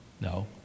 No